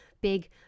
big